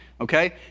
okay